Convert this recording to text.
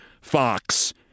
Fox